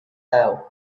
though